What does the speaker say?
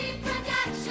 Reproduction